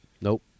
Nope